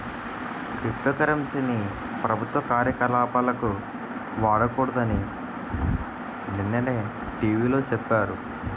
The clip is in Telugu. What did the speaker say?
క్రిప్టో కరెన్సీ ని ప్రభుత్వ కార్యకలాపాలకు వాడకూడదని నిన్ననే టీ.వి లో సెప్పారు